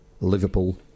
Liverpool